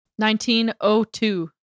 1902